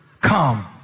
Come